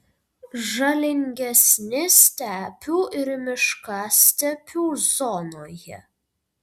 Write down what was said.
žalingesni stepių ir miškastepių zonoje